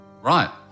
Right